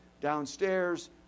downstairs